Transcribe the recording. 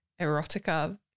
erotica